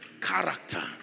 character